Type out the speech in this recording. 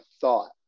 thought